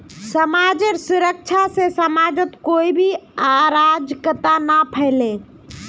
समाजेर सुरक्षा से समाजत कोई भी अराजकता ना फैले